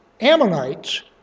Ammonites